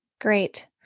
great